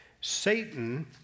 Satan